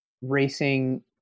racing